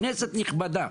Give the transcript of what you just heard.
כנסת נכבדה,